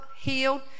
healed